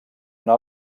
una